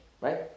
right